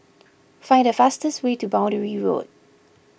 find the fastest way to Boundary Road